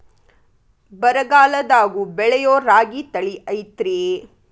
ಬರಗಾಲದಾಗೂ ಬೆಳಿಯೋ ರಾಗಿ ತಳಿ ಐತ್ರಿ?